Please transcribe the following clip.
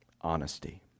Honesty